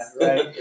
right